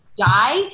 die